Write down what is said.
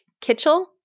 Kitchell